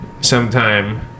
sometime